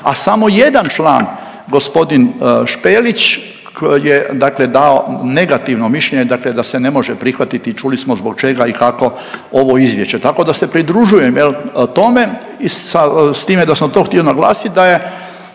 a samo jedan član gospodin Špelić je dakle dao negativno mišljenje, dakle da se ne može prihvatiti i čuli smo zbog čega i kako ovo izvješće. Tako da se pridružujem jel, tome i sa, s time da sam to htio naglasit da je